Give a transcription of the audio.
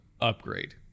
upgrade